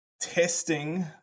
testing